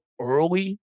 early